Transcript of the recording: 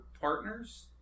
partners